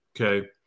Okay